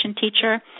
teacher